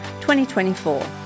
2024